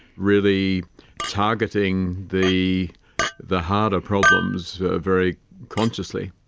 really targeting the the harder problems very consciously.